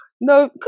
no